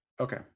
Okay